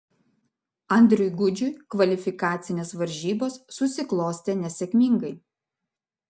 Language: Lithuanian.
andriui gudžiui kvalifikacinės varžybos susiklostė nesėkmingai